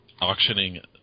auctioning